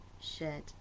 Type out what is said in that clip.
shed